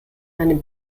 meinen